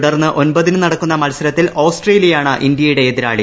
തുടർന്ന് ഒമ്പതിന് നടക്കുന്ന മത്സരത്തിൽ ഓസ്ട്രേലിയയാണ് ഇന്ത്യയുടെ എതിരാളി